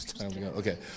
Okay